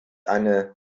eine